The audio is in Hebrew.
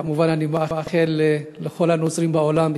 כמובן אני מאחל לכל הנוצרים בעולם,